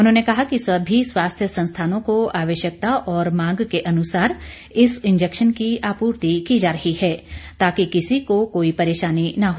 उन्होंने कहा कि सभी स्वास्थ्य संस्थानों को आवश्यकता और मांग के अनुसार इस इंजेक्शन की आपूर्ति की जा रही है ताकि किसी को कोई परेशानी न हो